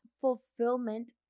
fulfillment